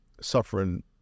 Suffering